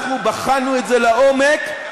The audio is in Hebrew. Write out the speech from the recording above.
בחנו את זה לעומק,